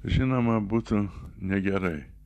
žinoma būtų negerai